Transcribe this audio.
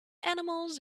animals